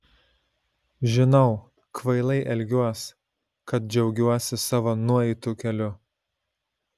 žinau kvailai elgiuos kad džiaugiuosi savo nueitu keliu